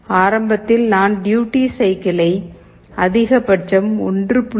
ஆரம்பத்தில் நான் டியூட்டி சைக்கிளை அதிகபட்சம் 1